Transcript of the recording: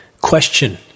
Question